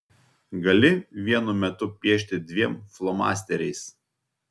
gali vienu metu piešti dviem flomasteriais